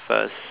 first